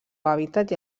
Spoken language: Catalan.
hàbitat